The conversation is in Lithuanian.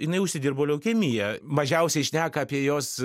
jinai užsidirbo leukemiją mažiausiai šneka apie jos